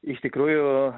iš tikrųjų